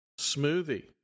smoothie